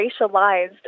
racialized